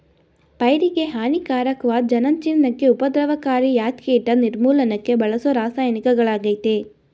ಪೈರಿಗೆಹಾನಿಕಾರಕ್ವಾದ ಜನಜೀವ್ನಕ್ಕೆ ಉಪದ್ರವಕಾರಿಯಾದ್ಕೀಟ ನಿರ್ಮೂಲನಕ್ಕೆ ಬಳಸೋರಾಸಾಯನಿಕಗಳಾಗಯ್ತೆ